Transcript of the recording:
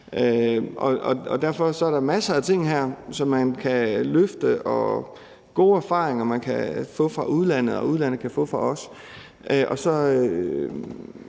derfor er der masser af ting her, som man kan løfte, og gode erfaringer, man kan få fra udlandet, og som udlandet kan få fra os.